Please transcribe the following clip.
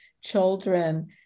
children